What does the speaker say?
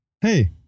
hey